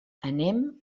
anem